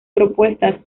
propuesta